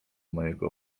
mojego